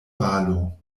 valo